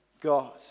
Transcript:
God